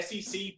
SEC